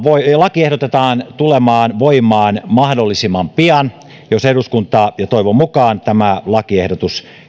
laki ehdotetaan tulemaan voimaan mahdollisimman pian jos eduskunnassa ja toivon mukaan tämä lakiehdotus